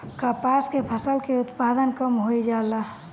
कपास के फसल के उत्पादन कम होइ जाला?